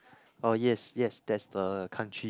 oh yes yes that's the country